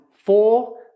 Four